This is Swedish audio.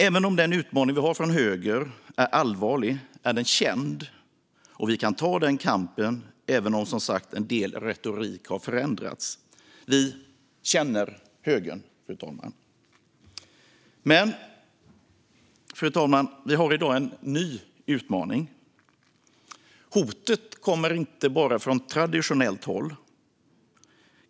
Även om den utmaning som vi har från höger är allvarlig är den känd, och vi kan ta den kampen även om en del retorik har förändrats. Vi känner högern, fru talman. Fru talman! Vi har i dag en ny utmaning. Hotet kommer inte bara från traditionellt håll.